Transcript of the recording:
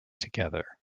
together